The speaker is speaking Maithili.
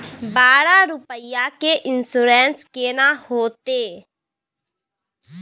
बारह रुपिया के इन्सुरेंस केना होतै?